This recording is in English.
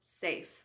safe